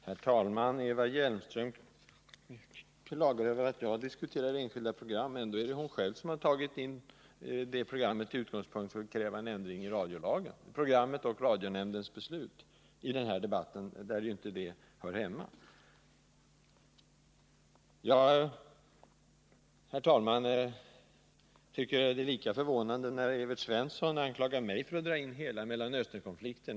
Herr talman! Eva Hjelmström klagar över att jag diskuterar enskilda program. Ändå är det hon själv som har tagit det här programmet och radionämndens beslut till utgångspunkt för att kräva en ändring av radiolagen. Detta har hon alltså fört in i den här debatten, där det ju inte hör hemma. Herr talman! Jag tycker det är lika förvånande när Evert Svensson anklagar mig för att dra in hela Mellanösternkonflikten i debatten.